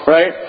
Right